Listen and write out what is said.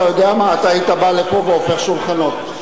היית בא לפה והופך שולחנות.